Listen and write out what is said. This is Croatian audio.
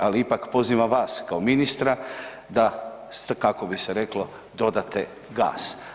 Ali ipak, pozivam vas kao ministra, da kako bi se reklo, dodate gas.